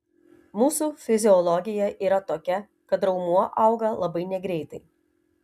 mūsų fiziologija yra tokia kad raumuo auga labai negreitai